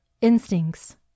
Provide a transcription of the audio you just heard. instincts